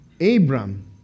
Abram